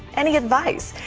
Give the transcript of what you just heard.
any advice?